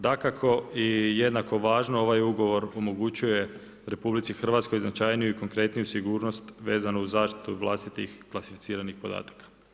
Dakako i jednako važno ovaj ugovor omogućuje RH značajniju i konkretniju sigurnost vezano uz zaštitu vlastitih klasificiranih podataka.